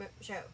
show